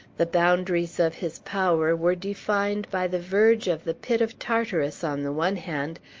the boundaries of his power were defined by the verge of the pit of tartarus on the one hand,